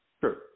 Sure